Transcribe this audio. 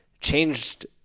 changed